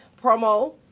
promo